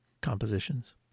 compositions